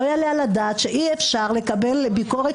לא יעלה על הדעת שאי אפשר לקבל ביקורת